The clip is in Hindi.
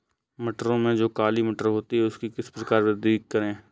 मटरों में जो काली मटर होती है उसकी किस प्रकार से वृद्धि करें?